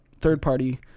third-party